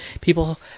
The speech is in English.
people